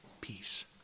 peace